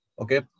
Okay